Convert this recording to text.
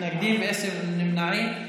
11 חברי כנסת בעד, אפס מתנגדים, אפס נמנעים.